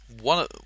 One